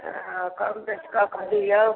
हँ कम बेसि कऽ कऽ दिऔ